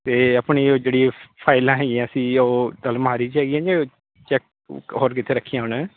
ਅਤੇ ਆਪਣੀ ਓ ਜਿਹੜੀ ਉਹ ਫਾਈਲਾਂ ਹੈਗੀਆਂ ਸੀ ਉਹ ਅਲਮਾਰੀ 'ਚ ਹੈਗੀਆਂ ਜਾਂ ਚੈ ਹੋਰ ਕਿਤੇ ਰੱਖੀਆਂ ਹੋਣ